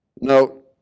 No